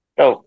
go